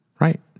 Right